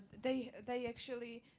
they, they actually,